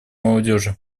молодежи